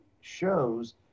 shows